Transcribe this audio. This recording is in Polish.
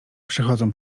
przechodzą